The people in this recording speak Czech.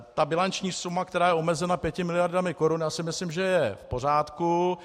Ta bilanční suma, která je omezena pěti miliardami korun, je myslím v pořádku.